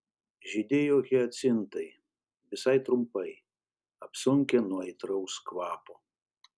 žydėjo hiacintai visai trumpai apsunkę nuo aitraus kvapo